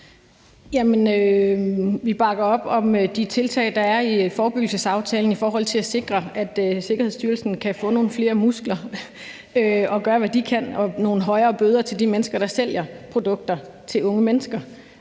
vi bakker op om de tiltag, der er i forebyggelsesaftalen i forhold til at sikre, at Sikkerhedsstyrelsen kan få nogle flere muskler og gøre, hvad de kan, og at give højere bøder til de mennesker, der sælger produkter til unge mennesker.